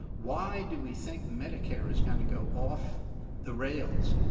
why do we think medicare is going to go off the rails?